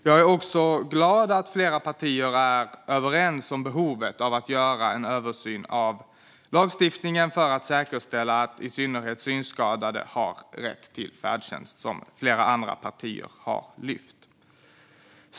Jag är glad över att flera partier är överens om behovet av att göra en översyn av lagstiftningen för att säkerställa att i synnerhet synskadade har rätt till färdtjänst, något flera partier också lyft fram.